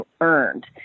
earned